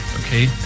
okay